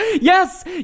Yes